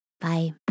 Bye